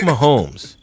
Mahomes